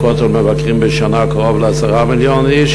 בכותל מבקרים בשנה קרוב ל-10 מיליון איש